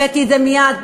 הבאתי אותו מייד,